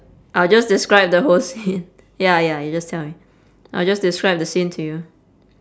I'll just describe the whole scene ya ya you just tell me I'll just describe the scene to you